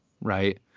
right